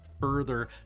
further